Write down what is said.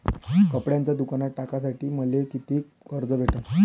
कपड्याचं दुकान टाकासाठी मले कितीक कर्ज भेटन?